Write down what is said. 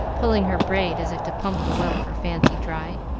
pulling her braid, as if to pump the well of her fancy dry.